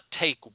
take